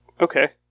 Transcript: Okay